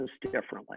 differently